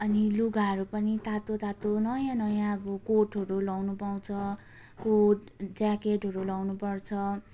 अनि लुगाहरू पनि तातो तातो नयाँ नयाँ कोटहरू लाउनु पाउँछ कोट ज्याकेटहरू लाउनु पर्छ